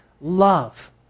love